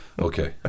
Okay